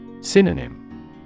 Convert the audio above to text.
Synonym